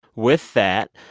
with that,